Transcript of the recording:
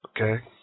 Okay